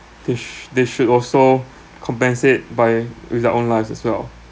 they sh~ they should also compensate by with their own lives as well